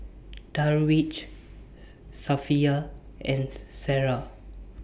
Darwish Safiya and Sarah